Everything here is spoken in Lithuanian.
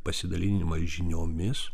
pasidalinimai žiniomis